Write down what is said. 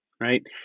right